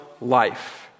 life